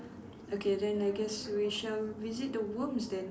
okay then I guess we shall visit the worms then